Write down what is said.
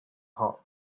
hot